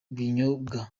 binyobwa